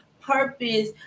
purpose